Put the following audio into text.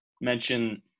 mention